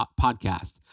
podcast